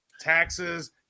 taxes